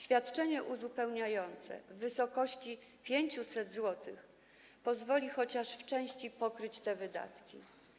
Świadczenie uzupełniające w wysokości 500 zł pozwoli chociaż w części pokryć te wydatki.